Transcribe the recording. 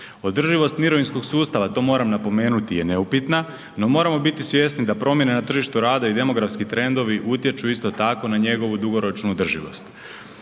Održivost mirovinskog sustava, to moram napomenuti, je neupitna no moramo biti svjesni da promjene na tržištu rada i demografski trendovi utječu isto tako na njegovu dugoročnu održivost.